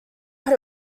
but